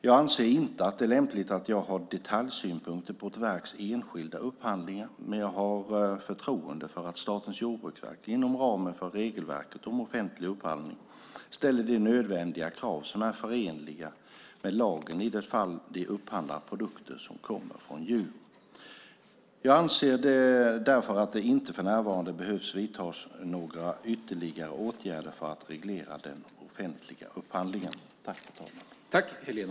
Jag anser inte att det är lämpligt att jag har detaljsynpunkter på ett verks enskilda upphandlingar, men jag har förtroende för att Statens jordbruksverk, inom ramen för regelverket om offentlig upphandling, ställer de nödvändiga krav som är förenliga med lagen i det fall de upphandlar produkter som kommer från djur. Jag anser därför att det inte för närvarande behöver vidtas några ytterligare åtgärder för att reglera den offentliga upphandlingen.